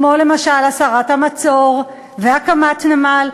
כמו למשל הסרת המצור והקמת נמל,